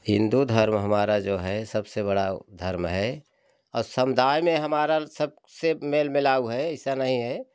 हिन्दू धर्म हमारा जो है सब से बड़ा धर्म है और समुदाय में हमारा सबसे मेल मिलाव है ऐसा नहीं है